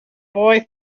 boy